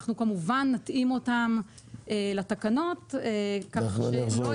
אנחנו כמובן נתאים אותם לתקנות כך שלא